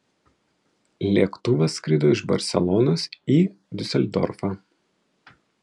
lėktuvas skrido iš barselonos į diuseldorfą